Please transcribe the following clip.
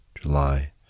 July